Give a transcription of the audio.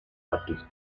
artists